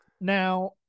Now